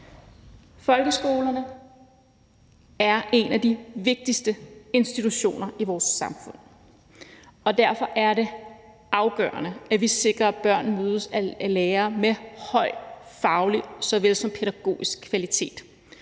Folkeskolerne er en af de vigtigste institutioner i vores samfund, og derfor er det afgørende, at vi sikrer, at børnene mødes af lærere med en høj faglig såvel som pædagogisk kvalitet,